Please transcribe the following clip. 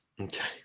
okay